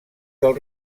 del